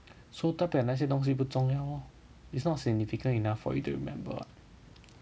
so 代表那些东西不重要 lor it's not significant enough for you to remember [what]